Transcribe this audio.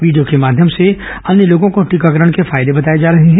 video के माध्यम से अन्य लोगों को टीकाकरण के फायदे बताए जा रहे हैं